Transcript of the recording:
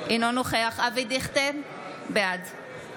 אינו נוכח אבי דיכטר, בעד אלי דלל, בעד דני